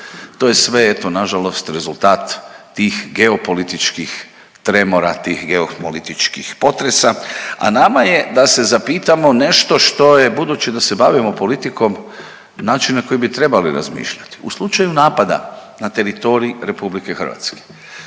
To je sve eto nažalost rezultat tih geopolitičkih tremora, tih geopolitičkih potresa, a nama je da se zapitamo nešto što je budući da se bavimo politikom, način na koji bi trebali razmišljati. U slučaju napada na teritorij RH, smatrate